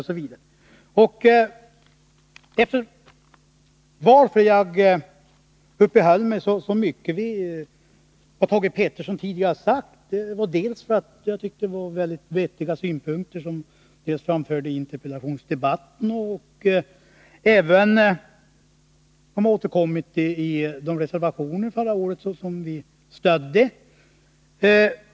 Anledningen till att jag så mycket uppehöll mig vid vad Thage Peterson tidigare har sagt är att jag tycker att det var vettiga synpunkter som han framförde i interpellationsdebatten. Dessa synpunkter har återkommit även i reservationer förra året, vilka vi då stödde.